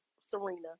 Serena